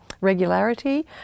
regularity